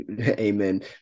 amen